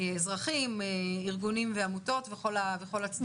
האזרחים, ארגונים ועמותות וכל הצדדים.